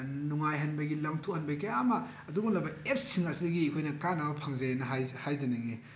ꯅꯨꯡꯉꯥꯏꯍꯟꯕꯒꯤ ꯂꯝ ꯊꯣꯛꯍꯟꯕꯒꯤ ꯀꯌꯥ ꯑꯃ ꯑꯗꯨꯒꯨꯝꯂꯕ ꯑꯦꯞꯁꯁꯤꯡ ꯑꯁꯤꯗꯒꯤ ꯑꯩꯈꯣꯏꯅ ꯀꯥꯟꯅꯕ ꯐꯪꯖꯩꯅ ꯍꯥꯏꯖꯅꯤꯡꯏ